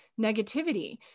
negativity